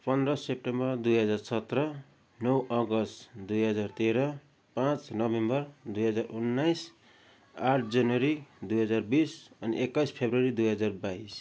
पन्ध्र सेप्टेम्बर दुई हजार सत्र नौ अगस्त दुई हजार तेह्र पाँच नोभेम्बर दुई हजार उन्नाइस आठ जनवरी दुई हजार बिस अनि एक्काइस फरवरी दुई हजार बाइस